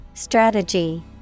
Strategy